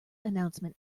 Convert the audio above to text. announcement